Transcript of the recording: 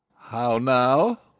how now!